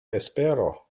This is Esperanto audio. espero